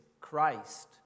Christ